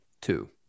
Two